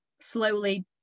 slowly